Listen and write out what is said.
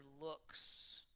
looks